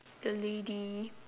the lady